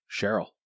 Cheryl